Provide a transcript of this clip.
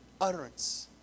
utterance